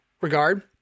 regard